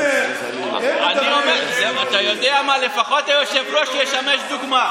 אם, אתה יודע מה, לפחות היושב-ראש ישמש דוגמה.